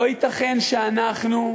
לא ייתכן שאנחנו,